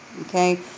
okay